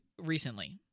recently